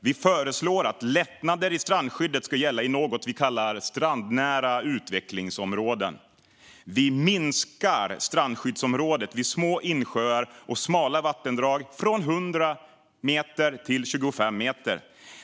Vi föreslår att lättnader i strandskyddet ska gälla i något vi kallar strandnära utvecklingsområden. Vi minskar strandskyddsområdet vid små insjöar och smala vattendrag från 100 till 25 meter.